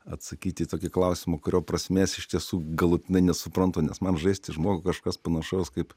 atsakyt į tokį klausimą kurio prasmės iš tiesų galutinai nesuprantu nes man žaisti žmogų kažkas panašaus kaip